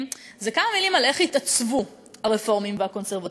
זה כמה מילים על איך התעצבו הרפורמים והקונסרבטיבים.